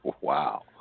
Wow